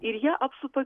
ir ją apsupa